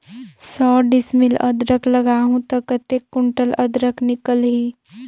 सौ डिसमिल अदरक लगाहूं ता कतेक कुंटल अदरक निकल ही?